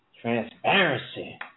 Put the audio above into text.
Transparency